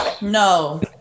No